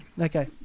Okay